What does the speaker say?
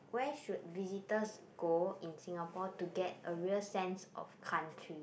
where should visitors go in Singapore to get a real sense of country